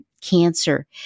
cancer